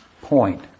point